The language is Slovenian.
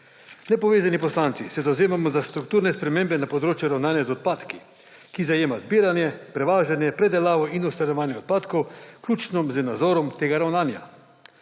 Nepovezani poslanci se zavzemamo za strukturne spremembe na področju ravnanja z odpadki, ki zajema zbiranje, prevažanje, predelavo in odstranjevanje odpadkov, vključno z nadzorom tega ravnanja.